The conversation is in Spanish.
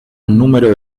número